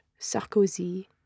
Sarkozy